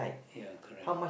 ya correct